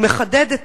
אני מחדדת,